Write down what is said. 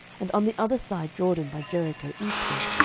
and on the other side jordan by jericho eastward,